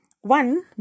one